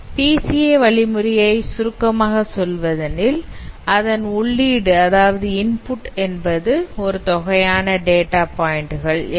PCA வழிமுறையை சுருக்கமாக சொல்வதெனில் அதன் உள்ளீடு என்பது ஒரு தொகையான டேட்டா பாயிண்ட் கல்